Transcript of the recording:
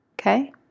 Okay